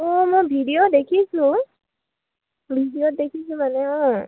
অঁ মই ভিডিঅ' দেখিছোঁ ভিডিঅ'ত দেখিছো মানে অঁ